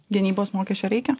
gynybos mokesčio reikia